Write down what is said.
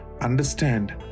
understand